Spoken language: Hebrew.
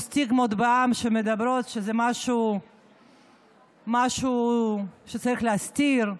יש סטיגמות בעם שמדברות על כך שזה משהו שצריך להסתיר,